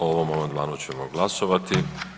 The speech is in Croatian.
O ovom amandmanu ćemo glasovati.